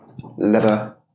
Leather